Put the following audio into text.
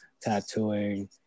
tattooing